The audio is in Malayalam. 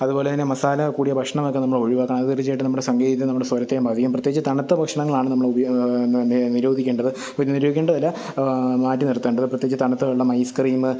അതുപോലെ തന്നെ മസാല കൂടിയ ഭക്ഷണം ഒക്കെ നമ്മൾ ഒഴിവാക്കണം അതു തീർച്ചയായിട്ടും നമ്മുടെ സംഗീതത്തെയും നമ്മുടെ സ്വരത്തെയും ബാധിക്കും പ്രത്യേകിച്ച് തണുത്ത ഭക്ഷണങ്ങളാണ് നമ്മൾ ഉപയോ നിരോധിക്കേണ്ടത് നിരോധിക്കേണ്ടതല്ല മാറ്റിനിർത്തേണ്ടത് പ്രത്യേകിച്ച് തണുത്ത വെള്ളം ഐസ് ക്രീം